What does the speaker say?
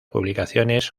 publicaciones